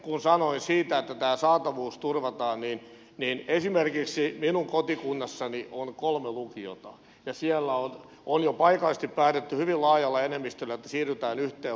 kun sanoin siitä että tämä saatavuus turvataan niin esimerkiksi minun kotikunnassani on kolme lukiota ja siellä on jo paikallisesti päätetty hyvin laajalla enemmistöllä että siirrytään yhteen lukioon